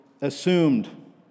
assumed